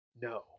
no